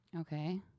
Okay